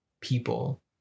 people